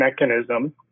mechanism